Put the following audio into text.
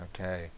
Okay